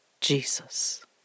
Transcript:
Jesus